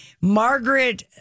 Margaret